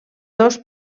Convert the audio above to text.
dos